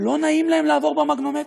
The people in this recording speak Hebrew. לא נעים להם לעבור במגנומטר,